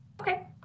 Okay